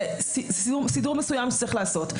זה סידור מסוים שצריך לעשות,